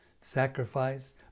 sacrifice